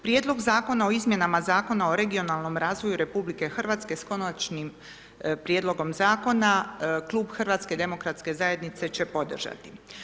Prijedlog Zakona o izmjenama Zakona o regionalnom razvoju RH s Konačnim prijedlogom Zakona, klub HDZ-a će podržati.